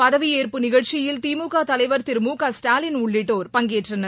பதவியேற்பு நிகழ்ச்சியில் திமுக தலைவர் திரு மு க ஸ்டாலின் உள்ளிட்டோர் பங்கேற்றனர்